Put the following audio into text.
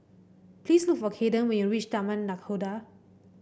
please look for Caiden when you reach Taman Nakhoda